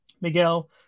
Miguel